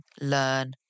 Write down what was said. learn